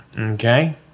Okay